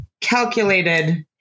calculated